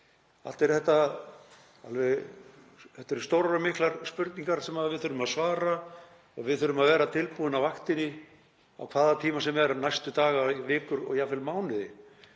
þetta stórar og miklar spurningar sem við þurfum að svara og við þurfum að vera tilbúin á vaktinni á hvaða tíma sem er næstu daga, vikur og jafnvel mánuði.